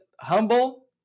humble